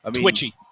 Twitchy